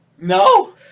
No